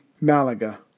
Malaga